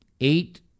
Eight